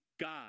God